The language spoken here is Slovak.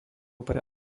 pre